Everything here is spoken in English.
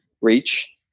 reach